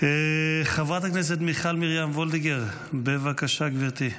חברת הכנסת מיכל מרים וולדיגר, בבקשה, גברתי,